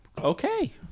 Okay